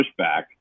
pushback